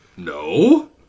No